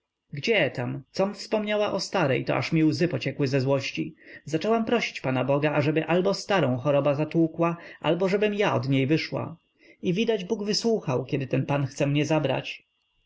gdzie tam com wspomniała o starej to aż mi łzy pociekły ze złości zaczęłam prosić pana boga ażeby albo starą choroba zatłukła albo żebym ja od niej wyszła i widać bóg wysłuchał kiedy ten pan chce mnie zabrać